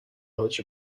much